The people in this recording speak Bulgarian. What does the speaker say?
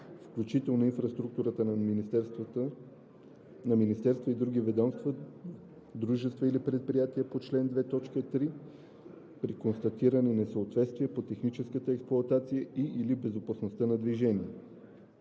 включително инфраструктурата на министерства и други ведомства, дружества или предприятия по чл. 2, т. 3, при констатирани несъответствия по техническата експлоатация и/или безопасността на движението;